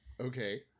Okay